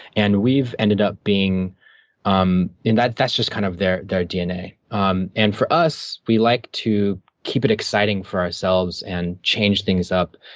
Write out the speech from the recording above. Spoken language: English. and we've ended up being um and that's just kind of their their dna. um and for us, we like to keep it exciting for ourselves and change things up,